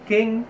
King